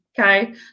Okay